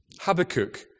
Habakkuk